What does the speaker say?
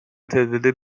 تعداد